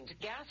gas